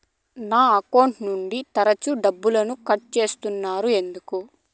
నా అకౌంట్ నుండి తరచు డబ్బుకు కట్ సేస్తున్నారు ఎందుకు